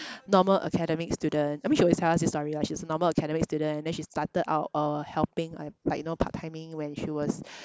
normal academic student I mean she always tell us this story lah she was a normal academic student and then she started out uh helping I like you know part-timing when she was